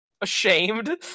Ashamed